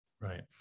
Right